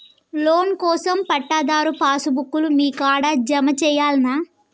Loan కోసం పట్టాదారు pass book లు మీ కాడా జమ చేయల్నా?